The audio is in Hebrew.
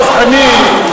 דב חנין,